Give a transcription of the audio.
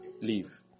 leave